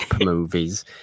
movies